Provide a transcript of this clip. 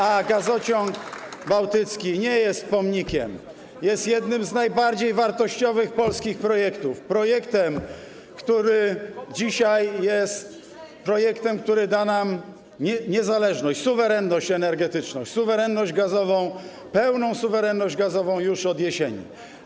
A gazociąg bałtycki nie jest pomnikiem, jest jednym z najbardziej wartościowych polskich projektów, jest projektem, który dzisiaj da nam niezależność, suwerenność energetyczną, suwerenność gazową, pełną suwerenność gazową już od jesieni.